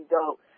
dope